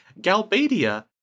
Galbadia